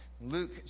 Luke